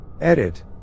Edit